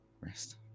rest